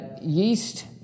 yeast